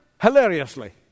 hilariously